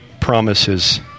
promises